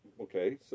okay